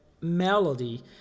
melody